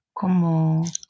como